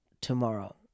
tomorrow